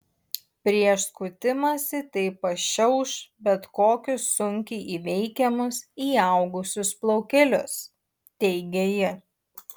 prieš skutimąsi tai pašiauš bet kokius sunkiai įveikiamus įaugusius plaukelius teigė ji